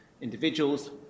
individuals